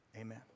Amen